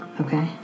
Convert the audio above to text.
Okay